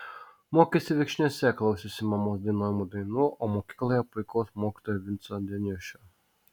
mokėsi viekšniuose klausėsi mamos dainuojamų dainų o mokykloje puikaus mokytojo vinco deniušio